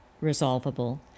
resolvable